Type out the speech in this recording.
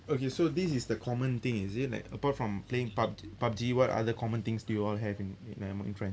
okay so this is the common thing is it like apart from playing pub~ pubg what other common things do you all have in in in friends